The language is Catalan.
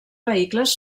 vehicles